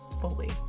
fully